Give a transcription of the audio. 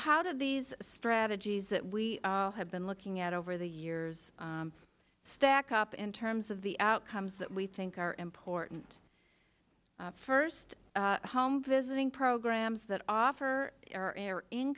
how do these strategies that we have been looking at over the years stack up in terms of the outcomes that we think are important first home visiting programs that offer or air in